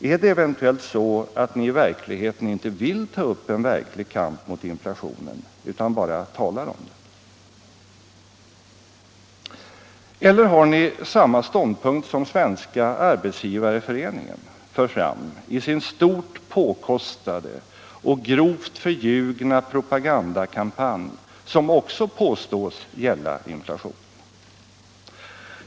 Är det eventuellt så att ni egentligen inte vill ta upp en verklig kamp mot inflationen utan bara tala om den? Eller har ni samma ståndpunkt som Svenska arbetsgivareföreningen för fram i sin stort påkostade och grovt förljugna propagandakampanj, som också påstås gälla inflationen?